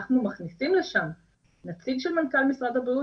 אנחנו מכניסים לשם נציג של מנכ"ל משרד הבריאות